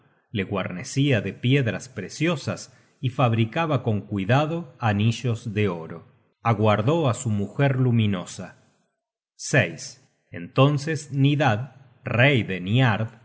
le guarnecia de piedras preciosas y fabricaba con cuidado anillos de oro aguardó á su mujer luminosa entonces nidad rey de niard